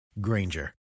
Granger